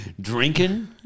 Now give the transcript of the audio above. drinking